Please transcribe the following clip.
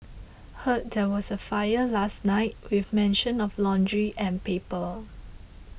heard there was a fire last night with mention of laundry and paper